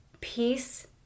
peace